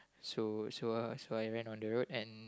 so so so I ran on the road and